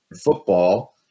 football